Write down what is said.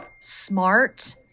smart